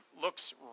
looks